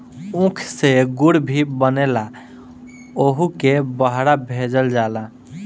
ऊख से गुड़ भी बनेला ओहुके बहरा भेजल जाला